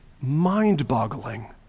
mind-boggling